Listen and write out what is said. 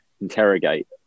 interrogate